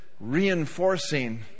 reinforcing